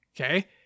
Okay